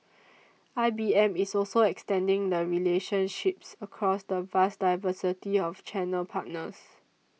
I B M is also extending the relationships across the vast diversity of channel partners